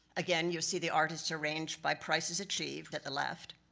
again, you'll see the artists arranged by prices achieved, at the left.